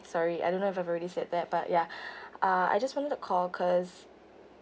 sorry I don't know if I've already said that but ya uh I just wanted to call cause